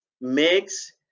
makes